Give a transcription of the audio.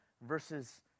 versus